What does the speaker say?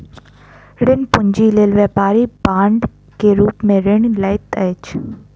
ऋण पूंजी लेल व्यापारी बांड के रूप में ऋण लैत अछि